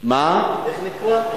איך נקרא?